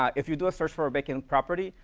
if you do a search for a vacant property,